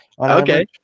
Okay